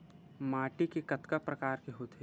माटी के कतका प्रकार होथे?